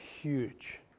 huge